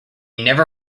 never